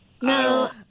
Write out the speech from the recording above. no